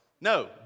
No